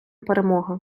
перемога